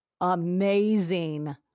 amazing